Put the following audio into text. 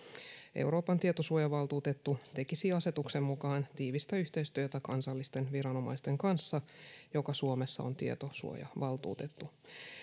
euroopan tietosuojavaltuutettu tekisi asetuksen mukaan tiivistä yhteistyötä kansallisten viranomaisten kanssa joka suomessa on tietosuojavaltuutettu